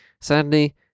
Sadly